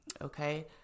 Okay